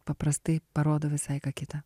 paprastai parodo visai ką kita